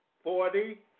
Forty